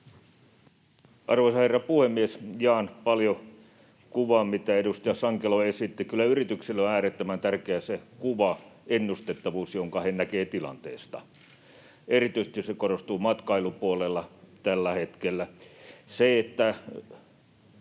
Arvoisa herra puhemies! Jaan paljolti kuvan, minkä edustaja Sankelo esitti. Kyllä yrityksille on äärettömän tärkeä se kuva, ennustettavuus, jonka he näkevät tilanteesta. Erityisesti se korostuu matkailupuolella tällä hetkellä. Myös